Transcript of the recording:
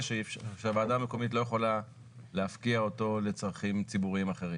שהוועדה המקומית לא יכולה להפקיע אותו לצרכים ציבוריים אחרים.